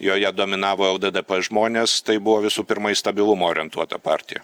joje dominavo lddp žmonės tai buvo visų pirma į stabilumą orientuota partija